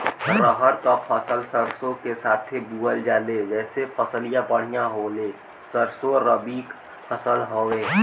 रहर क फसल सरसो के साथे बुवल जाले जैसे फसलिया बढ़िया होले सरसो रबीक फसल हवौ